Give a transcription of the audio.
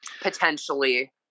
potentially